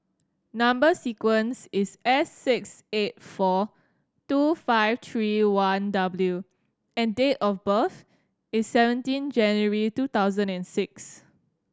number sequence is S six eight four two five three one W and date of birth is seventeen January two thousand and six